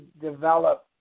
develop